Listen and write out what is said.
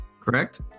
correct